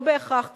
לא בהכרח קיים.